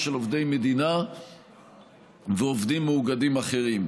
של עובדי מדינה ועובדים מאוגדים אחרים.